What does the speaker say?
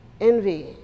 envy